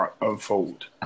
unfold